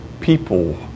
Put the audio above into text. people